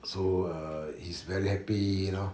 so uh he's very happy you know